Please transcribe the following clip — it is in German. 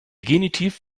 genitiv